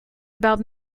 about